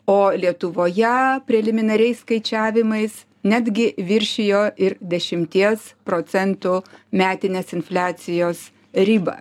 o lietuvoje preliminariais skaičiavimais netgi viršijo ir dešimties procentų metinės infliacijos ribą